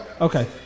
Okay